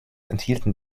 enthielten